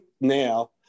now